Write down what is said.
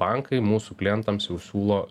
bankai mūsų klientams jau siūlo